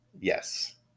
Yes